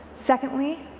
secondly,